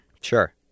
Sure